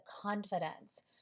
confidence